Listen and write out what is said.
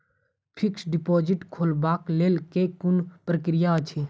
Fixed deposit खोलबाक लेल केँ कुन प्रक्रिया अछि?